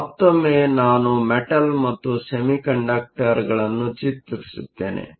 ಆದ್ದರಿಂದ ಮತ್ತೊಮ್ಮೆ ನಾನು ಮೆಟಲ್Metal ಮತ್ತು ಸೆಮಿಕಂಡಕ್ಡರ್ ಗಳನ್ನು ಚಿತ್ರಿಸುತ್ತೇನೆ